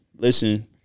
Listen